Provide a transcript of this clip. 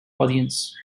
audience